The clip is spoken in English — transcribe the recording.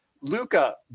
Luca